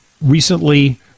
recently